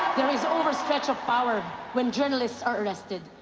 there is overstretch of power when journalists are arrested.